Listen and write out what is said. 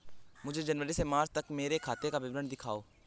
मुझे जनवरी से मार्च तक मेरे खाते का विवरण दिखाओ?